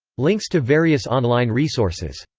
links to various online resources.